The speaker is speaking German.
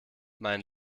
mein